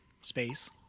space